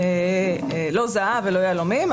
לא זהב ולא יהלומים.